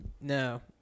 no